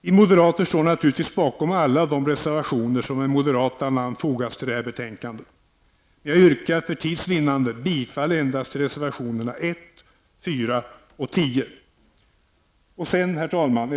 Vi moderater står naturligtvis bakom alla de reservationer som med moderata namn fogats till detta betänkande, men jag yrkar för tids vinnande bifall endast till reservationerna nr 1, 4 Herr talman!